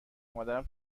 مادرم